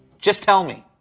just tell me.